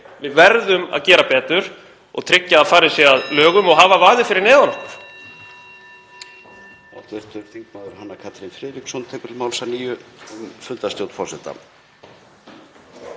Við verðum að gera betur og tryggja að farið sé að lögum og hafa vaðið fyrir neðan